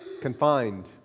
Confined